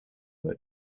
that